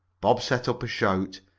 bob set up a shout,